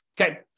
Okay